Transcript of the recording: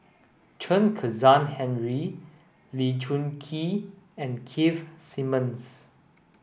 Chen Kezhan Henri Lee Choon Kee and Keith Simmons